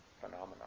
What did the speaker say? phenomenon